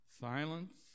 Silence